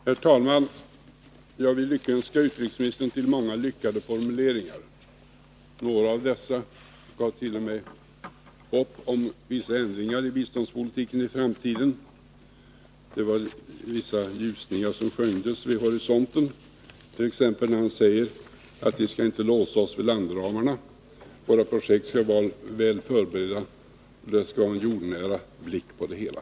Herr talman! Jag vill lyckönska utrikesministern till många lyckade formuleringar. Några av dessa gav t.o.m. hopp om vissa ändringar i biståndspolitiken i framtiden. Vissa ljusningar kunde skönjas vid horisonten, t.ex. när han sade att vi inte skall låsa oss vid landramarna, att våra projekt skall vara väl förberedda och att vi skall ha en jordnära blick på det hela.